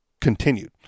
continued